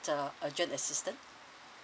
uh urgent assistance